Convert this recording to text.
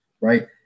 right